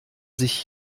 sich